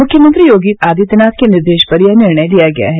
मुख्यमंत्री योगी आदित्यनाथ के निर्देश पर यह निर्णय लिया गया है